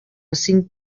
cinc